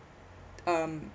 um